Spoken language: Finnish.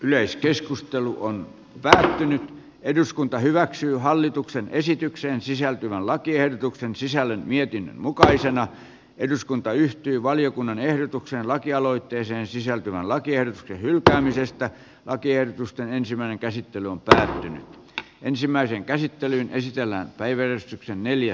yleiskeskustelu on lähtenyt eduskunta hyväksyy hallituksen esitykseen sisältyvän lakiehdotuksen sisällön vietin mukaisena eduskunta yhtyi valiokunnan ehdotukseen lakialoitteeseen sisältyvän lakien hylkäämisestä lakiehdotusten ensimmäinen käsittely on pysähtynyt ensimmäisen käsittelyn esitellä myös meillä